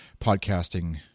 podcasting